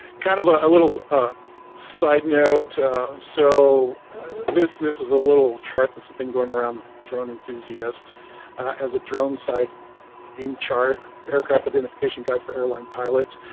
kind of a a little a side note so this this is a little chart that's been going around drone enthusiasts as a drone site in chart aircraft identification guide for airline pilots.